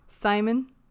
Simon